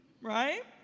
right